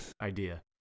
idea